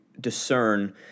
discern